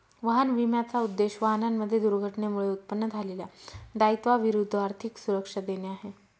वाहन विम्याचा उद्देश, वाहनांमध्ये दुर्घटनेमुळे उत्पन्न झालेल्या दायित्वा विरुद्ध आर्थिक सुरक्षा देणे आहे